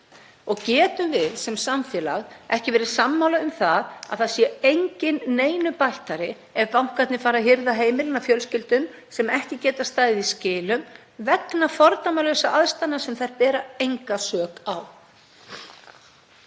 Getum við sem samfélag ekki verið sammála um að enginn sé neinu bættari ef bankarnir fara að hirða heimilin af fjölskyldum sem ekki geta staðið í skilum vegna fordæmalausra aðstæðna sem þær bera enga sök á?